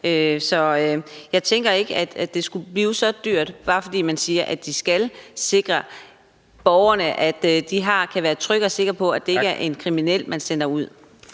Så jeg tænker ikke, at det skulle blive så dyrt, bare fordi man siger, at det skal sikre borgerne, altså at de kan være trygge og sikre på, at det ikke er en kriminel, man sender ud.